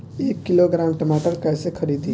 एक किलोग्राम टमाटर कैसे खरदी?